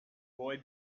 boy